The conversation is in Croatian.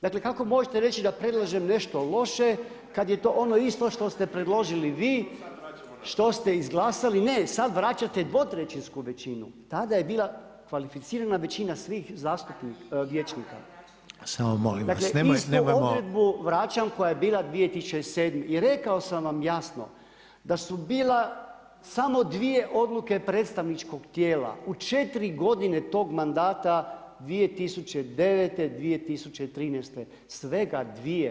Dakle kako možete reći da predlažem nešto loše kada je to ono isto što ste predložili vi što ste izglasali, ne, sada vraćate dvotrećinsku većinu, tada je bila kvalificirana većina svih zastupnika [[Upadica Reiner: Molim vas nemojmo.]] Dakle istu odredbu vraćam koja je bila 2007. i rekao sam vam jasno da su bile samo dvije odluke predstavničkog tijela u četiri godine tog mandata 2009., 2013. svega dvije.